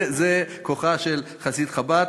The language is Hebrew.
זה כוחה של חסידות חב"ד.